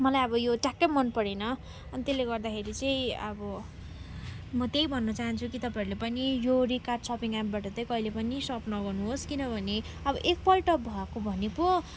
मलाई अब यो ट्याक्कै मन पेरन अनि त्यसले गर्दाखेरि चाहिँ अब म त्यही भन्न चाहन्छु कि तपाईँहरूले पनि यो रिकार्ट सपिङ एप्पबाट चाहिँ कहिले पनि सप नगर्नुहोस् किनभने अब एकपल्ट भएको भने पो